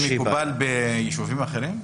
זה סעיף שמקובל ביישובים אחרים?